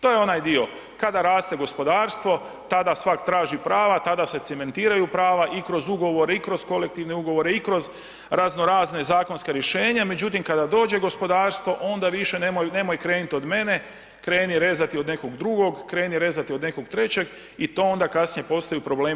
To je onaj dio kad raste gospodarstvo, tada svak traži prava, tada se cementiraju prava i kroz ugovore i kroz kolektivne ugovore i kroz razno razna zakonska rješenja, međutim kada dođe gospodarstvo onda više nemoj, nemoj krenit od mene, kreni rezati od nekog drugog, kreni rezati od nekog trećeg i to onda kasnije postaju problemi.